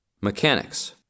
Mechanics